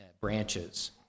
branches